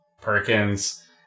Perkins